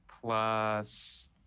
plus